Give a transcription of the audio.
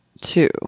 two